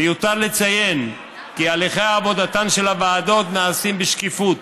מיותר לציין כי עבודתן של הוועדות נעשית בשקיפות,